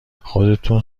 خودتون